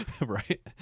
Right